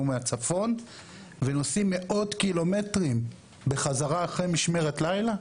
מהצפון ונוסעים מאות קילומטרים בחזרה אחרי משמרת לילה?